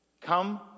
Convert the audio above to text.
Come